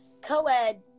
co-ed